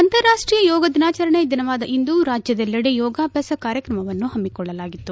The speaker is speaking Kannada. ಅಂತರಾಷ್ಷೀಯ ಯೋಗ ದಿನಾಚರಣೆಯ ದಿನವಾದ ಇಂದು ರಾಜ್ಯದೆಲ್ಲಡೆ ಯೋಗಾಭ್ವಾಸ ಕಾರ್ಯಕ್ರಮವನ್ನು ಹಮ್ನುಕೊಳ್ಳಲಾಗಿತ್ತು